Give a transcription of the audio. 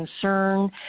concern